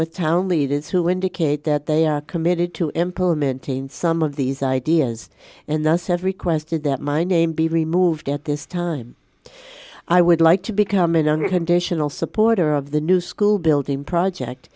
with town leaders who indicate that they are committed to implementing some of these ideas and thus have requested that my name be removed at this time i would like to become a younger conditional supporter of the new school building project